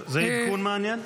זה עדכון מעניין.